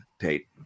Tate